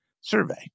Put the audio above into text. survey